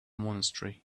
monastery